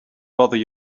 bother